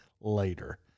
later